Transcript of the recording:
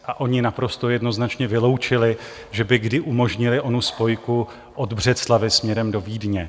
A oni naprosto jednoznačně vyloučili, že by kdy umožnili onu spojku od Břeclavi směrem do Vídně.